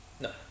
No